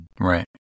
Right